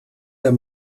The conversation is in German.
der